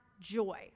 joy